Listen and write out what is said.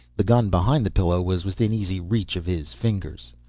the gun behind the pillow was within easy reach of his fingers.